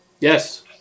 Yes